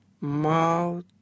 mouth